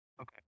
Okay